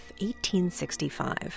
1865